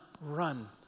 run